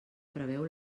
preveu